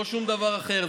לא שום דבר אחר.